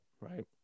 Right